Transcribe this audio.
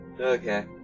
okay